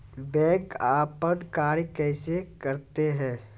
Bank अपन कार्य कैसे करते है?